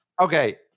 Okay